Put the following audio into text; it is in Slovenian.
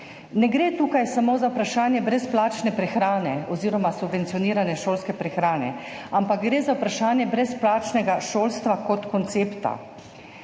Ne gre tukaj samo za vprašanje brezplačne prehrane oziroma subvencionirane šolske prehrane, ampak gre za vprašanje brezplačnega šolstva kot koncepta.